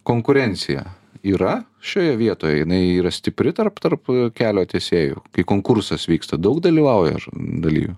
konkurencija yra šioje vietoje jinai yra stipri tarp tarp kelio tiesėjų kai konkursas vyksta daug dalyvauja ž dalyvių